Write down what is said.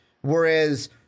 Whereas